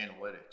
analytics